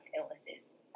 illnesses